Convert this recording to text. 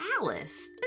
Alice